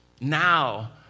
Now